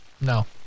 No